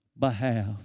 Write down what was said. behalf